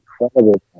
incredible